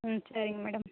ம் சரிங்க மேடம்